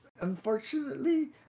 unfortunately